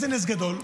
איזה נס גדול?